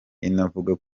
inavuga